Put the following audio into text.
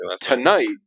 tonight